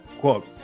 Quote